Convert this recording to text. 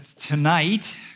tonight